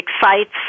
excites